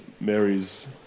Mary's